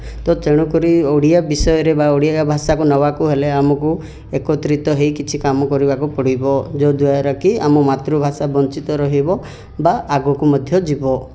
ତ ତେଣୁ କରି ଓଡ଼ିଆ ବିଷୟରେ ବା ଓଡ଼ିଆ ଭାଷାକୁ ନେବାକୁ ହେଲେ ଆମକୁ ଏକତ୍ରିତ ହୋଇ କିଛି କାମ କରିବାକୁ ପଡ଼ିବ ଯଦ୍ୱାରା କି ଆମ ମାତୃଭାଷା ବଞ୍ଚିତ ରହିବ ବା ଆଗକୁ ମଧ୍ୟ ଯିବ